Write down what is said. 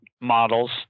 models